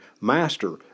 master